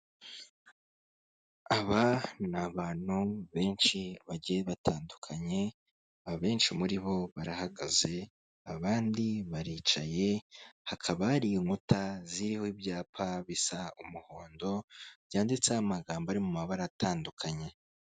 Aba ni abantu benshi bagiye batandukanye abenshi muri bo barahagaze abandi baricaye hakaba hari inkuta ziriho ibyapa bisa umuhondo byanditseho amagambo ari mu mabara atandukanye.